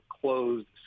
closed